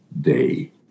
day